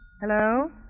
Hello